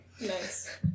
Nice